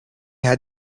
had